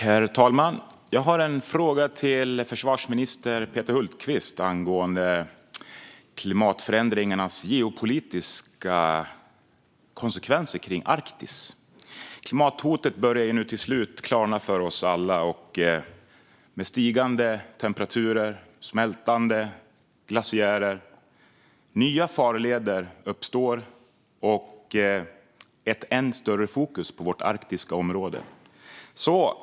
Herr talman! Jag har en fråga till försvarsminister Peter Hultqvist angående klimatförändringarnas geopolitiska konsekvenser kring Arktis. Klimathotet börjar nu till slut klarna för oss alla. Med stigande temperaturer och smältande glaciärer uppstår nya farleder, och det blir ett än starkare fokus på vårt arktiska område.